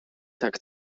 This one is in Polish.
tak